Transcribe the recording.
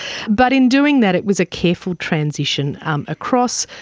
but in doing that, it was a careful transition across,